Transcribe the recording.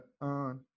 On